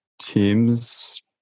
teams